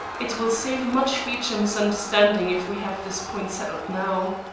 it will save much future misunderstanding if we have this point settled now.